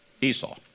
Esau